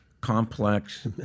Complex